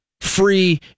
free